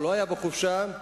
הם